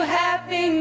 happy